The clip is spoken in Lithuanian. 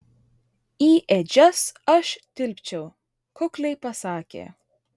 į ėdžias aš tilpčiau kukliai pasakė